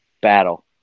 Battle